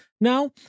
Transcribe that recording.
now